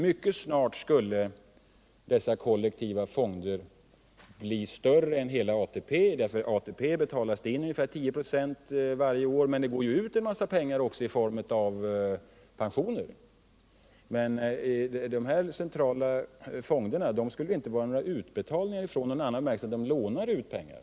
Mycket snart skulle dessa kollektiva fonder bli större än hela ATP; till ATP betalas in ungefär 10 96 varje år, men mycket pengar går också ut därifrån i form av pensioner. Från de här centrala fonderna skulle det däremot inte förekomma några utbetalningar i annan mån än att de lånar ut pengar.